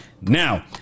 Now